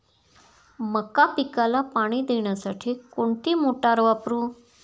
मका पिकाला पाणी देण्यासाठी कोणती मोटार वापरू?